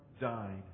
died